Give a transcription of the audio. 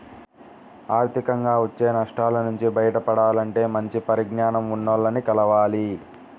ఆర్థికంగా వచ్చే నష్టాల నుంచి బయటపడాలంటే మంచి పరిజ్ఞానం ఉన్నోల్లని కలవాలి